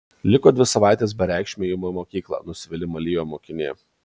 liko dvi savaitės bereikšmio ėjimo į mokyklą nusivylimą liejo mokinė